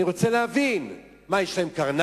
אני רוצה להבין, מה, יש להם קרניים?